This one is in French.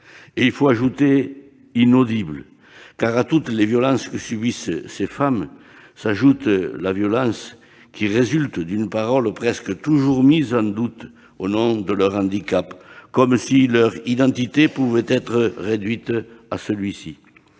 ». Il faut y ajouter « inaudibles », car à toutes les violences que subissent ces femmes, s'ajoute la violence qui résulte d'une parole presque toujours mise en doute, au nom de leur handicap, comme si leur identité pouvait être réduite à celui-ci.